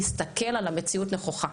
להסתכל על המציאות נכוחה,